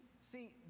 See